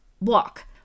walk